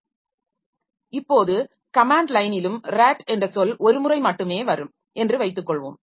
ஒவ்வொரு கமேன்ட் லைனிலும் "rat" என்ற சொல் ஒரு முறை மட்டுமே வரும் என்று வைத்துக்கொள்வோம்